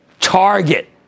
Target